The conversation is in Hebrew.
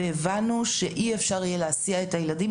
והבנו שלא יהיה אפשר להסיע את הילדים,